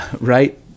right